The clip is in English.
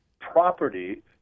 Property